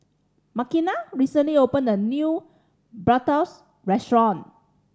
Makena recently opened a new Bratwurst Restaurant